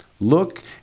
Look